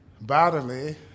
Bodily